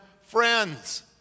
friends